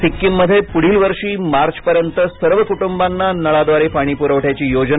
सिक्कीममध्ये पुढील वर्षी मार्चपर्यंत सर्व कुटुंबांना नळाद्वारे पाणी पुरवण्याची योजना